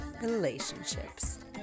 relationships